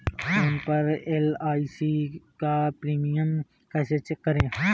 Phone पर LIC का premium कैसे चेक करें?